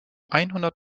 einhundert